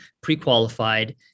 pre-qualified